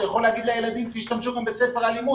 אתה יכול להגיד לילדים להשתמש גם בספר הלימוד